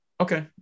Okay